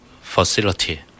facility